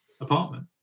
apartment